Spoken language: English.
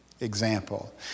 Example